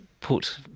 put